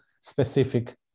specific